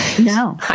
No